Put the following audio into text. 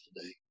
today